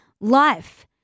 life